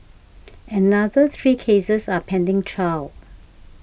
another three cases are pending trial